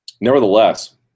nevertheless